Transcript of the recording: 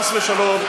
חס ושלום,